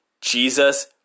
Jesus